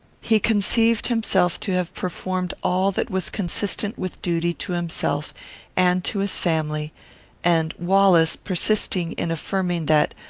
he conceived himself to have performed all that was consistent with duty to himself and to his family and wallace, persisting in affirming that,